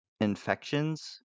infections